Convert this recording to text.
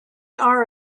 are